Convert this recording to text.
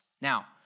Now